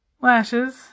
lashes